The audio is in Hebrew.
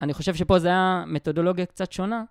אני חושב שפה זה היה מתודולוגיה קצת שונה.